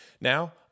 Now